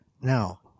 Now